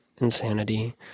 insanity